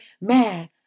man